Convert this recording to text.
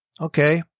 Okay